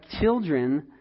children